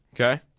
Okay